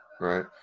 right